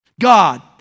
God